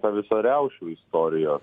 to viso riaušių istorijos